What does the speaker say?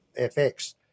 fx